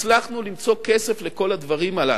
הצלחנו למצוא כסף לכל הדברים הללו,